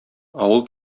авыл